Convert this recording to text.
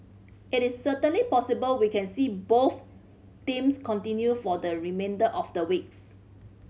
it is certainly possible we can see both themes continue for the remainder of the weeks